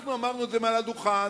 שכשאנחנו אמרנו את זה מעל הדוכן,